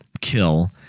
kill